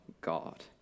God